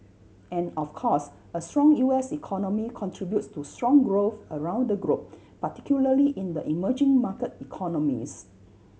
and of course a strong U S economy contributes to strong growth around the globe particularly in the emerging market economies